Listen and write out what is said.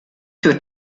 für